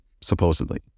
supposedly